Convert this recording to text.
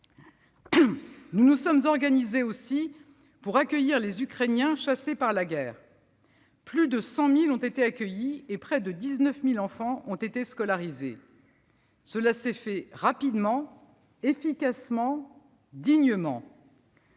Nous nous sommes également organisés pour accueillir les Ukrainiens chassés par la guerre. Plus de 100 000 ont été accueillis, et près de 19 000 enfants ont été scolarisés. Cela s'est fait rapidement, efficacement, dignement.